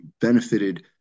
benefited